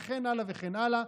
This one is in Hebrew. וכן הלאה וכן הלאה.